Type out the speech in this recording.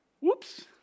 whoops